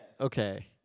Okay